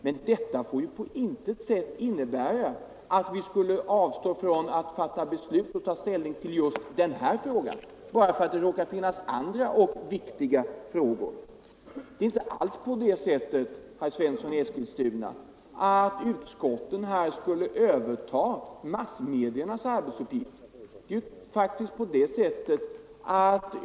Men detta får inte innebära att vi skulle avstå från att ta ställning till just denna fråga bara för att det råkar finnas andra viktiga frågor. Det är inte alls på det sättet, herr Svensson i Eskilstuna, att utskotten skulle överta massmediernas arbetsuppgifter.